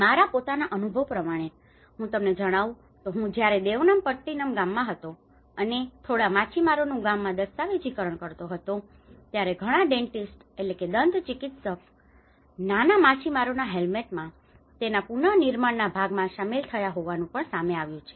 મારા પોતના અનુભવ પ્રમાણે જણાવું તો હું જ્યારે દેવનામ પટ્ટિનમ ગામમાં હતો અને થોડા માછીમારોનું ગામમાં દસ્તાવેજીકરણ કરતો હતો ત્યારે ઘણા ડેન્ટિસ્ટ dentist દંતચિકિત્સક નાના માછીમારોના હેમ્લેટ્સમાં તેના પુનર્નિર્માણના ભાગમાં શામેલ થયા હોવાનું પણ સામે આવ્યું છે